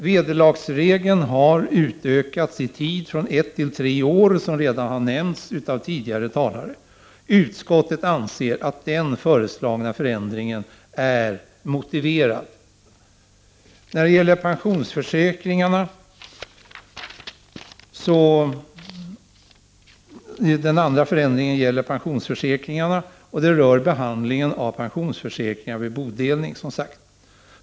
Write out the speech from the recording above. Vederlagsregeln har utökats i tid från ett till tre år, som redan har nämnts av tidigare talare. Utskottet anser att den föreslagna förändringen är motiverad. Den andra förändringen gäller pensionsförsäkringar och rör, som sagt, behandlingen av pensionsförsäkringar vid bodelning.